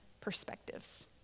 perspectives